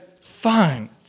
fine